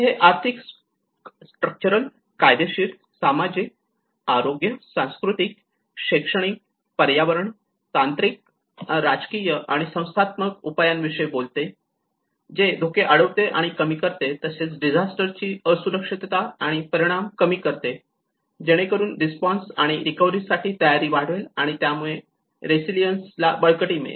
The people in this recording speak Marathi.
हे आर्थिक स्ट्रक्चरल कायदेशीर सामाजिक आरोग्य सांस्कृतिक शैक्षणिक पर्यावरण तांत्रिक राजकीय आणि संस्थात्मक उपायांविषयी बोलते जे धोके अडवते आणि कमी करते तसेच डिझास्टर ची असुरक्षा आणि परिणाम कमी करते जेणेकरून रिस्पॉन्स आणि रिकव्हरी साठी तयारी वाढवेल आणि त्यामुळे रेसिलिअन्स ला बळकटी मिळेल